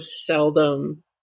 seldom